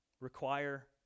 require